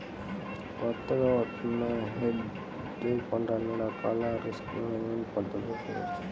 కొత్తగా వత్తున్న హెడ్జ్ ఫండ్లు అన్ని రకాల రిస్క్ మేనేజ్మెంట్ పద్ధతులను ఉపయోగిస్తాయి